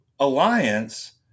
Alliance